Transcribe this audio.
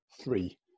three